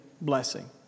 blessing